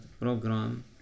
program